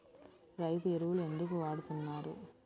రైతు ఎరువులు ఎందుకు వాడుతున్నారు?